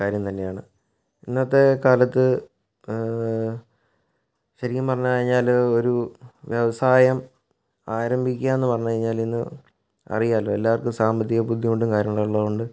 കാര്യം തന്നെയാണ് ഇന്നത്തെ കാലത്ത് ശരിക്കും പറഞ്ഞ് കഴിഞ്ഞാൽ ഒരു വ്യവസായം ആരംഭിക്കുക എന്ന് പറഞ്ഞ് കഴിഞ്ഞാൽ ഇന്ന് അറിയാല്ലോ എല്ലാവര്ക്കും സാമ്പത്തിക ബുദ്ധിമുട്ടും കാര്യങ്ങളും ഉള്ള കൊണ്ട്